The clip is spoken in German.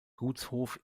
gutshof